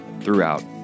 throughout